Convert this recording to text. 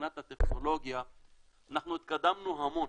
ומבחינת הטכנולוגיה אנחנו התקדמנו המון.